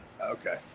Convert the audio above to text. okay